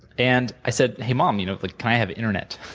and i said, hey, mom. you know like can i have internet?